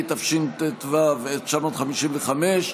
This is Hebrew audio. התשט"ו 1955,